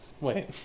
wait